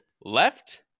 left